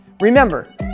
Remember